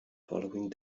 following